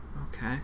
Okay